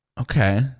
Okay